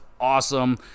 awesome